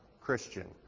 Christian